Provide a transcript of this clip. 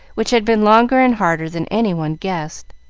which had been longer and harder than any one guessed.